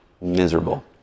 miserable